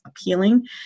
appealing